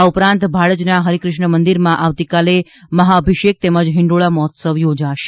આ ઉપરાંત ભાડજના હરિકૃષ્ણ મંદિરમાં આવતીકાલે મહાઅભિષેક તેમજ હિંડોળા મહોત્સવ યોજાશે